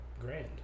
grand